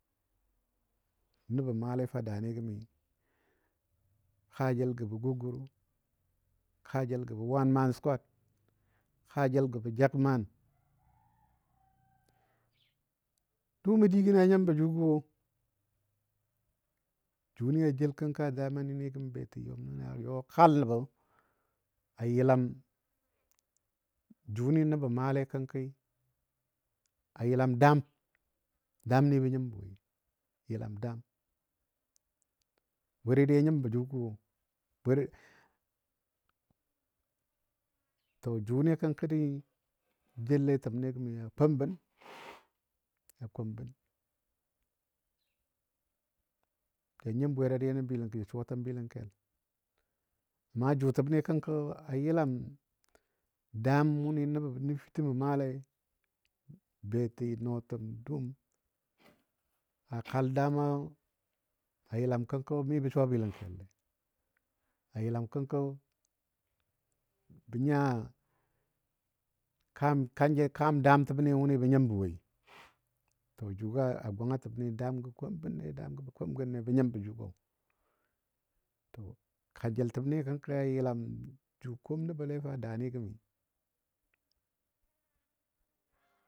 Nəbɔ maale fa a daani gəmi kaajəl gə bɔ gogoro, kaajəl gə bɔ one man squad, kaajəl gə bɔ jakman. Dʊʊmo digən nyimbɔ jʊgɔ wo. Jʊni a jel kənko a zamani ni gəm beti yɔm nən a yɔ kal nəbɔ yəlam jʊni nəbo maale kənki, a yəlam daam, daamni bə nyimbɔ woi, yəlam daam. Bwe dadiya nyimbɔ jʊgɔ wo woro to jʊni kənkani jelle a təmni gəmi a kombən a kombən. Ja nyim bwe dadiya nən bɨlank suwatəm bɨlənkel, amma jʊtəbni kənkɔ a yəlam daam wʊni nəba bə nəfitəmɔ bə maalei, beti, nɔɔtəm, dʊʊm, a kal dəmo a yəlam kənkɔ mibɔ suwa bɨlənkelle, a yəlam kənkɔ bə nya kaam kanjə, kaam daamtəbni wʊni bə nyimbɔ woi. To jʊgɔ a gwangatəbni daamgɔ kombənne daamgɔ kombənne bə nyimbɔ jʊgɔ. To kanjəltəbni kənki a yəlam jʊ kom nəbɔ le fa daani gəmi.